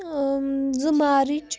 زٕ مارٕچ